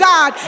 God